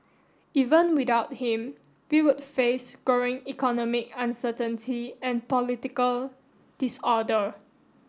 even without him we would face growing economic uncertainty and political disorder